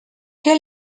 què